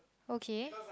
okay